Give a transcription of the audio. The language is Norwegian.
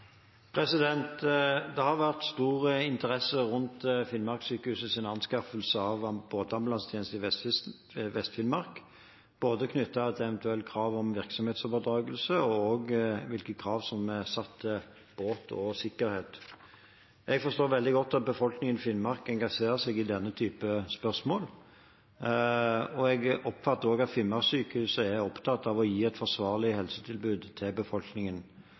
Det har vært stor interesse rundt Finnmarkssykehusets anskaffelse av båtambulansetjenester i Vest-Finnmark – både knyttet til eventuelt krav om virksomhetsoverdragelse, og også til hvilke krav som er satt til båt og sikkerhet. Jeg forstår veldig godt at befolkningen i Finnmark engasjerer seg i denne typen spørsmål, og jeg oppfatter også at Finnmarkssykehuset er opptatt av å gi et forsvarlig helsetilbud til befolkningen.